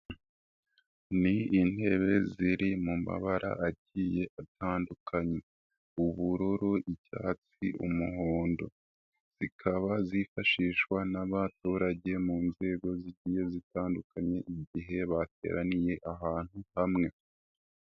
Ni intebe ziri mu mabara agiye atandukanye, ubururu, icyatsi, umuhondo, zikaba zifashishwa n'abaturage mu nzego zigiye zitandukanye igihe bateraniye ahantu hamwe.